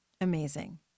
Amazing